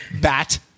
bat